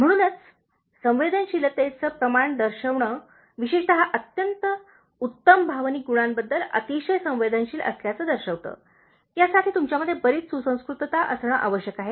म्हणूनच संवेदनशीलतेचे प्रमाण दर्शविणे विशेषत अत्यंत उत्तम भावनिक गुणांबद्दल अतिशय संवेदनशील असल्याचे दर्शविते यासाठी तुमच्यामध्ये बरीच सुसंस्कृतता असणे आवश्यक आहे